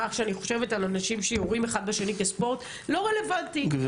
מה שאני חושבת על אנשים שיורים אחד בשני כספורט לא רלוונטי,